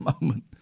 moment